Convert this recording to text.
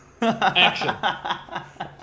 action